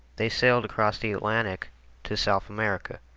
they sailed across the atlantic to south america.